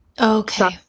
Okay